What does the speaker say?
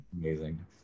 Amazing